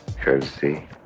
courtesy